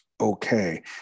okay